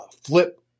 Flip